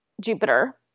Jupiter